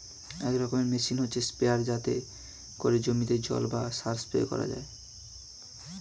এক রকমের মেশিন হচ্ছে স্প্রেয়ার যাতে করে জমিতে জল বা সার স্প্রে করা যায়